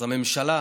אז הממשלה